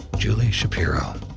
julie shapiro.